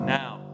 now